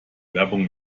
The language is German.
werbung